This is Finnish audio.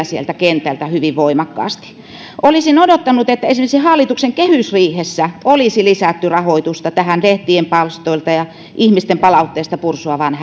sieltä kentältä hyvin voimakkaasti olisin odottanut että esimerkiksi hallituksen kehysriihessä olisi lisätty rahoitusta tähän lehtien palstoilta ja ihmisten palautteista pursuavaan